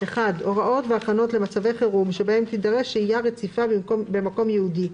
הוראות והכנות למצבי חירום שבהם תידרש שהייה רציפה במקום ייעודי,